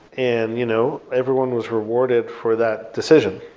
and you know everyone was rewarded for that decision.